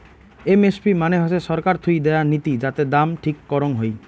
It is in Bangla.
এম.এস.পি মানে হসে ছরকার থুই দেয়া নীতি যাতে দাম ঠিক করং হই